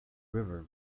river